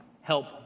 help